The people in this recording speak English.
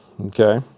Okay